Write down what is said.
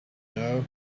know